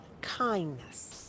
kindness